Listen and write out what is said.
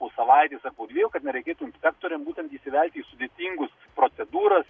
po savaitės ar po dviejų kad nereikėtų inspektoriams būtent įsivelti į sudėtingus procedūras